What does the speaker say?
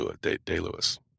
Day-Lewis